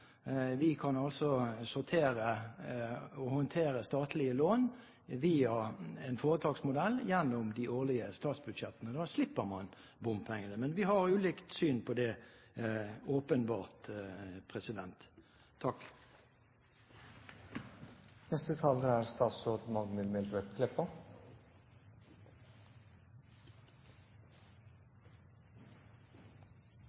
Vi kan sortere og håndtere statlige lån via en foretaksmodell gjennom de årlige statsbudsjettene. Da slipper man bompengene. Men vi har åpenbart ulikt syn på det. Eg tenkte, som Sortevik, at eg ikkje skulla bidra til å forlengja debatten. Dette er,